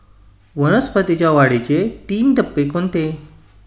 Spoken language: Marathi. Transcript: वनस्पतींच्या वाढीचे तीन टप्पे कोणते?